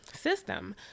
system